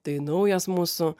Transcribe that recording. tai naujas mūsų